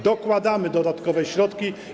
Dokładamy dodatkowe środki.